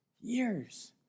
years